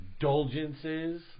indulgences